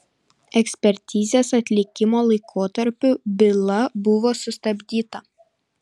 ekspertizės atlikimo laikotarpiu byla buvo sustabdyta